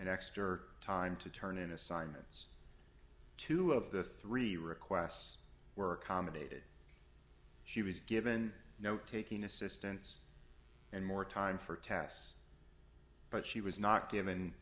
and exter time to turn in assignments two of the three requests were commentated she was given no taking assistants and more time for tasks but she was not given